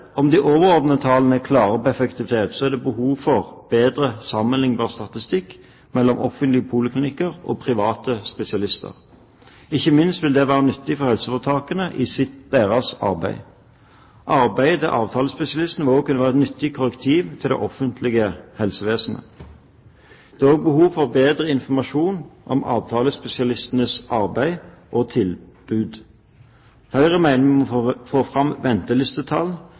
om de overordnede tallene er klare når det gjelder effektivitet, så er det behov for bedre sammelignbar statistikk mellom offentlige poliklinikker og private spesialister – ikke minst vil det være nyttig for helseforetakene i deres arbeid. Arbeidet til avtalespesialistene vil også kunne være et nyttig korrektiv til det offentlige helsevesenet. Det er også behov for en bedre informasjon om avtalespesialistenes arbeid og tilbud. Høyre mener vi må få fram ventelistetall,